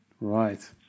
right